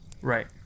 right